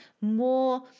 more